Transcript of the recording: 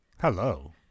Hello